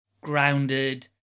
grounded